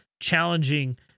challenging